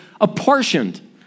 apportioned